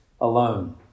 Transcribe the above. alone